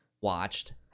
watched